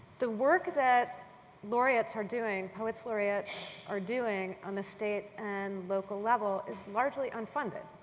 the work that laureates are doing, poets laureate are doing on the state and local level is largely unfunded.